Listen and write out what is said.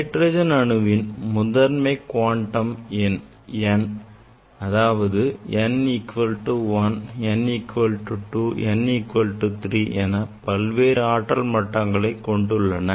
hydrogen அணுவின் முதன்மை quantum எண் n அதாவது n equal to 1 n equal to 2 n equal to 3 என பல்வேறு ஆற்றல் மட்டங்கள் கொண்டுள்ளன